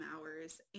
hours